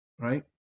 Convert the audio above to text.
right